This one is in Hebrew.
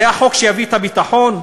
זה החוק שיביא את הביטחון?